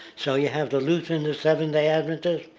so you have the lutheran, the seventh-day adventist,